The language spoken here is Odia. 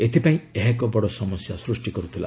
ଏଥିପାଇଁ ଏହା ଏକ ବଡ ସମସ୍ୟା ସୃଷ୍ଟି କରୁଥିଲା